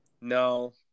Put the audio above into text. No